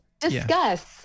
discuss